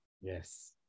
Yes